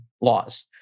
laws